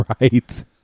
right